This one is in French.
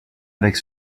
avec